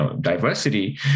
diversity